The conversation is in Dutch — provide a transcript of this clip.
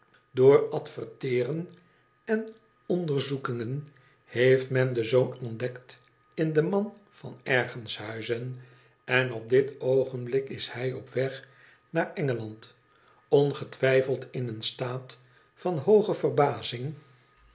door adverteeren en onderzoekingen heeft men den zoon ontdekt in den man van ergenshuizen en op dit oogenplik is hij op weg naar engeland ongetwijfeld in een staat van hooge verbazing